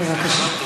הטובות.